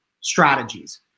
strategies